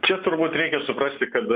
čia turbūt reikia suprasti kad